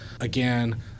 Again